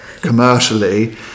commercially